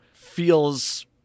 feels